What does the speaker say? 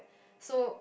so